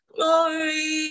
Glory